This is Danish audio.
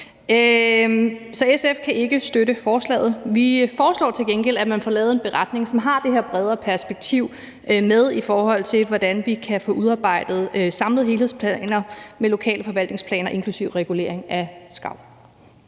SF kan ikke støtte forslaget. Vi foreslår til gengæld, at man bør lave en beretning, som har det her bredere perspektiv med, i forhold til hvordan vi kan få udarbejdet samlede helhedsplaner med lokale forvaltningsplaner, inklusive regulering af skarven.